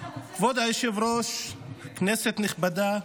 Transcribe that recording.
היושב-ראש, כנסת נכבדה,